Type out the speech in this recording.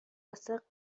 واسه